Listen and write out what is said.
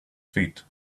feet